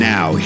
Now